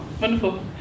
wonderful